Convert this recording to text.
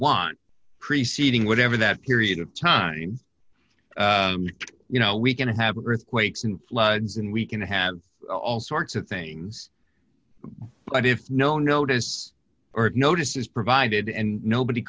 want preceding whatever that period of time you know we can have earthquakes and floods and we can have all sorts of things but if no notice or notice is provided and nobody